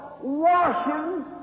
washing